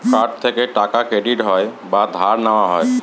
card থেকে টাকা credit হয় বা ধার নেওয়া হয়